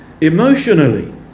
emotionally